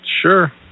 Sure